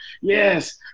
yes